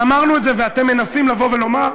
אמרנו את זה, ואתם מנסים לבוא ולומר: